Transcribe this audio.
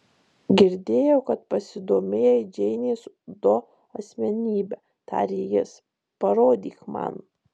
girdėjau kad pasidomėjai džeinės do asmenybe tarė jis parodyk man